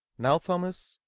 now, thomas,